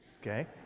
okay